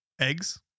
eggs